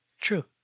true